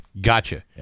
Gotcha